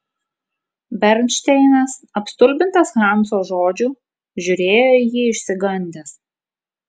bernšteinas apstulbintas hanso žodžių žiūrėjo į jį išsigandęs